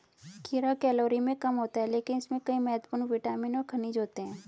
खीरा कैलोरी में कम होता है लेकिन इसमें कई महत्वपूर्ण विटामिन और खनिज होते हैं